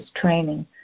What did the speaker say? training